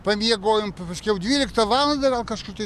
pamiegojom p paskiau dvyliktą valandą vėl kažkokie